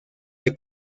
que